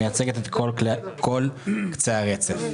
היא מייצגת את כל קצה הרצף.